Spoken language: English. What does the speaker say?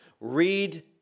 read